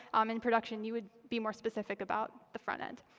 um in production, you would be more specific about the front end.